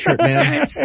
man